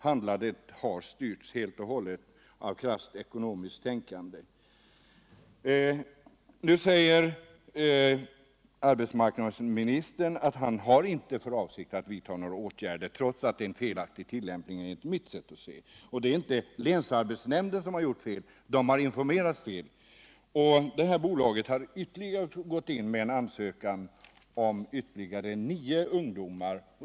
Handlandet har styrts helt och hållet av krasst ekonomiskt tänkande. Nu säger arbetsmarknadsministern att han har inte för avsikt att vidta några åtgärder, trots att det skett en felaktig tillämpning, enligt mitt sätt att se. Det är inte länsarbetsnämnden som har gjort fel, den har informerats fel, och nu har bolaget gått in med en ny ansökan avseende ytterligare nio ungdomar.